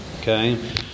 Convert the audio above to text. Okay